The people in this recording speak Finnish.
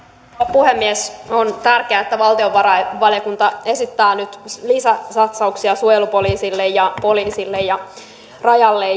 puhemies on tärkeää että valtiovarainvaliokunta esittää nyt lisäsatsauksia suojelupoliisille poliisille ja rajalle